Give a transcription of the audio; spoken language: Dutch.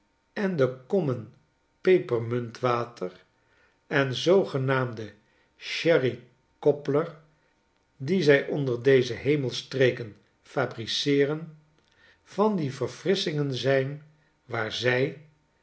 en de kommen pepermuntwater en zoogenaamde sherry cobbler die zij onder deze hemelstreken fabriceeren van die verfrisschingen zijn waar zij